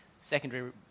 secondary